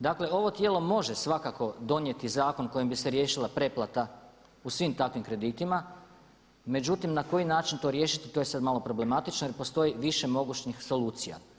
Dakle ovo tijelo može svakako donijeti zakon kojim bi se riješila preplata u svim takvim kreditima, međutim na koji način to riješiti to je sada malo problematično jer postoji više mogućnih solucija.